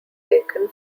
taken